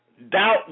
Doubt